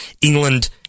England